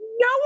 No